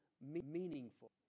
meaningful